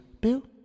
Bill